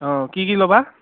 অঁ কি কি ল'বা